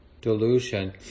delusion